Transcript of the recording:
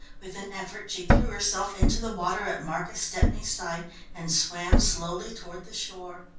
with an effort she threw herself into the water at marcus stepney's side and swam slowly toward the shore.